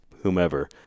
whomever